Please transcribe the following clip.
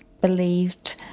believed